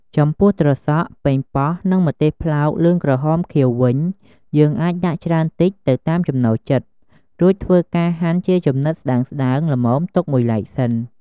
ចំពោះត្រសក់ ប៉េងបោះ និង ម្ទេសផ្លោកលឿងក្រហមខៀវវិញ យើងអាចដាក់ច្រើនតិចទៅតាមចំណូលចិត្ត រួចធ្វើការហាន់ជាចំណិតស្តើងៗល្មមទុកមួយឡែកសិន ។